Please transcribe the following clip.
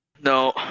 no